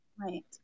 Right